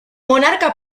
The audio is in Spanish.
monarca